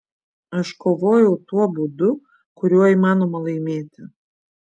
aš kovojau tuo būdu kuriuo įmanoma laimėti